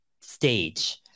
stage